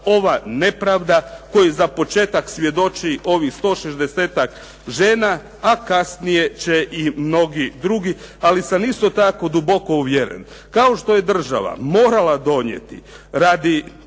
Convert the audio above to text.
ova nepravda kojoj za početak svjedoči ovih 160-tak žena a kasnije će i mnogi drugi. Ali sam isto tako duboko uvjeren kao što je država morala donijeti radi